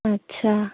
अच्छा